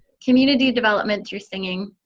community development through singing,